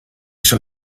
schon